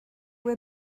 were